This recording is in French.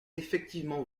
effectivement